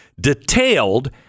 detailed